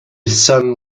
sun